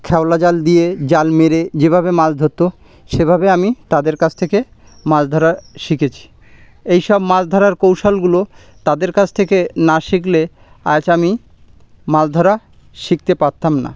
খেপলা জাল দিয়ে জাল মেরে যেভাবে মাছ ধরত সেভাবে আমি তাদের কাছ থেকে মাছ ধরা শিখেছি এই সব মাছ ধরার কৌশলগুলো তাদের কাছ থেকে না শিখলে আজ আমি মাছ ধরা শিখতে পারতাম না